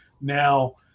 now